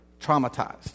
traumatized